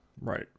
Right